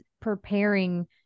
preparing